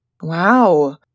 Wow